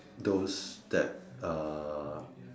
those that uh